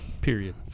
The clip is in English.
Period